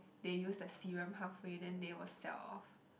they used the serum half way then they will sell off